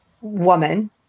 woman